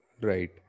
Right